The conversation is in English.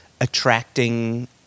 attracting